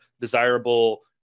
desirable